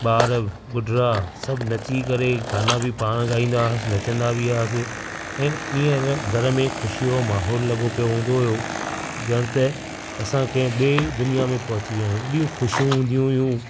ॿार ॿुढरा सभु नची करे गाना बि पाण ॻाईंदा हुआसीं नचंदा बि हुआसीं ऐं हीअंर घर में ख़ुशी जो माहौल लॻियो पियो हूंदो हुओ ॼण त असां कंहिं ॿिए दुनिया में पहुची विया आहियूं एॾी ख़ुशियूं हूंदी हुयूं